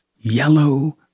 yellow